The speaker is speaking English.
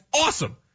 awesome